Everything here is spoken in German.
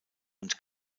und